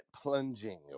plunging